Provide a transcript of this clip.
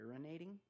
urinating